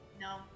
No